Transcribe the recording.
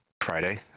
Friday